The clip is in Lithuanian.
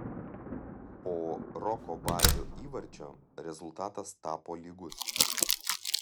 po roko bazio įvarčio rezultatas tapo lygus